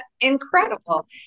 incredible